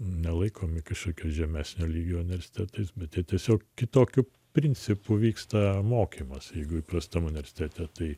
nelaikomi kažkokio žemesnio lygio universitetais bet jie tiesiog kitokiu principu vyksta mokymas jeigu įprasta universitete tai